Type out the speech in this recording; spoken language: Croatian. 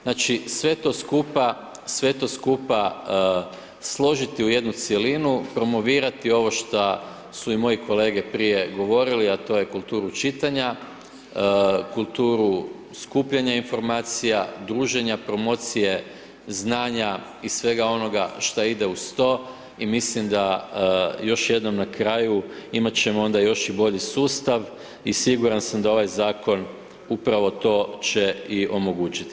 Znači, sve to skupa složiti u jednu cjelinu, promovirati ovo šta su i moji kolege prije govorili, a to je kulturu čitanja, kulturu skupljanja informacija, druženja, promocije, znanja i svega onoga što ide uz to i mislim da još jednom na kraju, imat ćemo onda još i bolji sustav i siguran sam da ovaj zakon upravo to će i omogućiti.